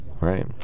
Right